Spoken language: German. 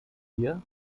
hier